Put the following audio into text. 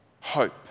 hope